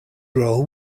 role